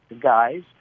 guys